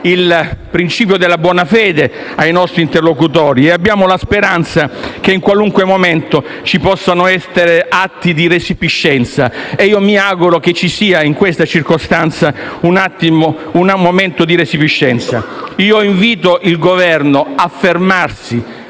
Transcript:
il principio della buona fede ai nostri interlocutori e abbiamo sempre la speranza che in qualunque momento vi possano essere atti di resipiscenza e mi auguro che ci sia, in questa circostanza, un momento di resipiscenza. Invito il Governo a volersi